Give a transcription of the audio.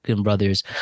brothers